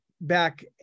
back